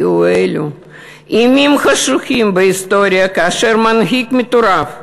היו אלו ימים חשוכים בהיסטוריה, כאשר מנהיג מטורף,